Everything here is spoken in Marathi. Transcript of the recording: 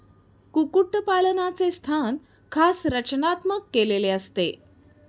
कुक्कुटपालनाचे स्थान खास रचनात्मक केलेले असते